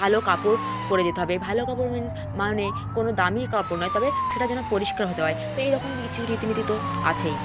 ভালো কাপড় পরে যেতে হবে ভালো কাপড় মিন্স মানে মানে কোনো দামি কাপড় নয় তবে সেটা যেন পরিষ্কার হতে হয় তো এই রকম কিছু রীতি নীতি তো আছেই